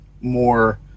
more